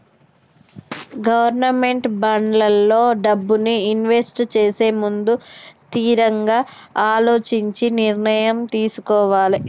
government బాండ్లల్లో డబ్బుని invest చేసేముందు తిరంగా అలోచించి నిర్ణయం తీసుకోవాలే